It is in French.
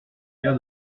l’air